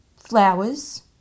flowers